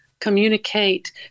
communicate